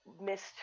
missed